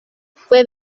fue